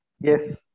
Yes